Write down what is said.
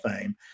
fame